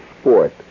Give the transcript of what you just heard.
sport